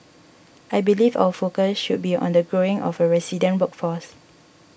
I believe our focus should be on the growing of a resident workforce